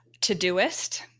Todoist